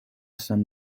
san